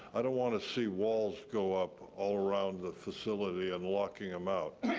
i don't want to see walls go up all around the facility and locking them out.